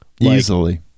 Easily